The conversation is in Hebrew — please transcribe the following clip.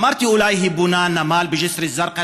אמרתי: אולי היא בונה נמל בג'יסר א-זרקא,